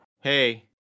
hey